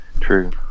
True